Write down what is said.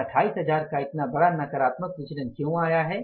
यह 28000 का इतना बड़ा नकारात्मक विचलन क्यों आया है